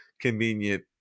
convenient